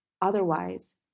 Otherwise